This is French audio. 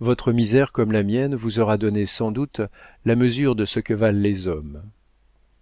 votre misère comme la mienne vous aura donné sans doute la mesure de ce que valent les hommes